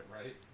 Right